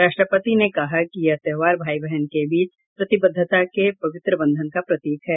राष्ट्रपति ने कहा कि यह त्यौहार भाई बहन के बीच प्रतिबद्धता के पवित्र बंधन का प्रतीक है